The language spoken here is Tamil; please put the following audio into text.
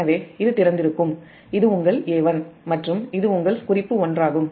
எனவே இது திறந்திருக்கும் இது உங்கள் a1 மற்றும் இது உங்கள் குறிப்பு ஒன்றாகும்